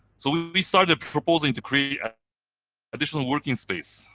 so we started proposing to create additional working space,